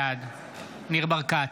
בעד ניר ברקת,